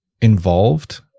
involved